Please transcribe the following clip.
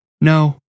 No